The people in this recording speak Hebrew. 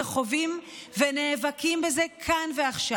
וחווים ונאבקים בזה כאן ועכשיו,